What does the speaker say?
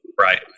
Right